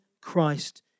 Christ